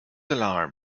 alarmed